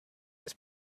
this